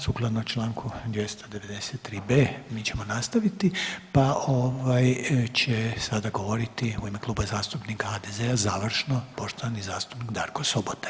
Sukladno Članku 293b. mi ćemo nastaviti pa ovaj će sada govoriti u ime Kluba zastupnika HDZ-a završno poštovani zastupnik Darko Sobota.